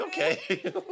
okay